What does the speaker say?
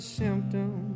symptom